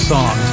Song